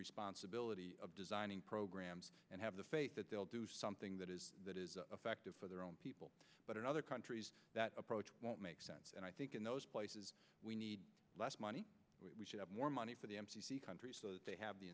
responsibility of designing programs and have the faith that they'll do something that is that is affective for their own people but in other countries that approach won't make sense and i think in those places we need less money we should have more money for the country they have the